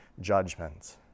judgment